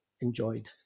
enjoyed